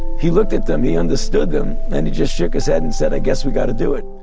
he looked at them. he understood them. and he just shook his head and said, i guess we've got to do it